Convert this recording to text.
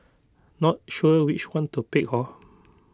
not sure which one to pick hor